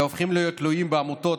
והופכים להיות תלויים בעמותות,